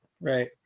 Right